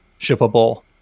shippable